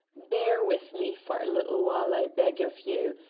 bear with me for a little while, i beg of you.